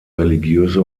religiöse